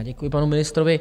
Děkuji panu ministrovi.